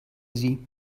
sie